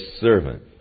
servant